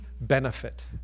benefit